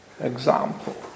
example